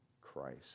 Christ